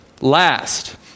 last